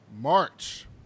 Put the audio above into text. March